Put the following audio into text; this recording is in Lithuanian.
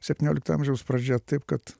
septyniolikto amžiaus pradžia taip kad